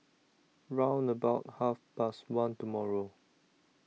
round about Half Past one tomorrow